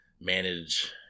manage